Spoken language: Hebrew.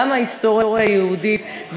גם מההיסטוריה היהודית,